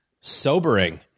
Sobering